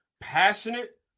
passionate